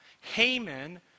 Haman